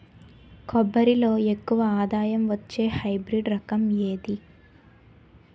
కొబ్బరి లో ఎక్కువ ఆదాయం వచ్చే హైబ్రిడ్ రకం ఏది?